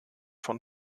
von